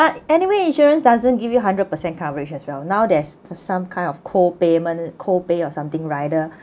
but anyway insurance doesn't give you hundred percent coverage as well now there's some kind of co payment co pay or something rider